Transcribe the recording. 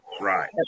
Right